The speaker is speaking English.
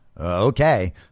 Okay